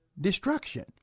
destruction